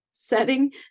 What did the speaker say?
setting